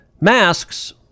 Masks